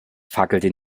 fackelte